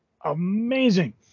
amazing